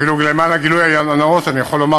אפילו למען הגילוי הנאות אני יכול לומר